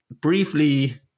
briefly